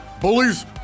bullies